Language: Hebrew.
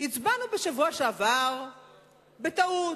הצבענו בשבוע שעבר בטעות,